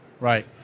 Right